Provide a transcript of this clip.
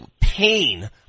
pain